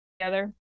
together